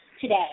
today